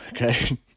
okay